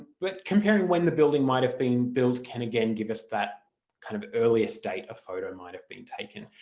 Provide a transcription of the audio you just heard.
but comparing when the building might have been built can again give us that kind of earliest date a photo might have been taken.